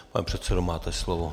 Pane předsedo, máte slovo.